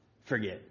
forget